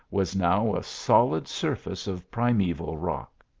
was now a solid surface of primeval rock.